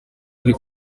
hari